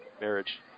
marriage